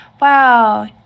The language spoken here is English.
Wow